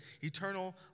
eternal